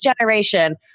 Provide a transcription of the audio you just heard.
generation